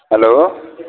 hello